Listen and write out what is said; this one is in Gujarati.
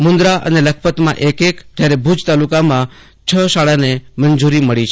મુન્દ્રા અને લખપતમાં એક એક જયારે ભુજ તાલુકામાં છ શાળાઓને મંજૂરી મળી છે